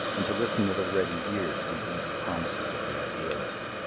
and to listen with a ready ear to the easy promises of the idealist.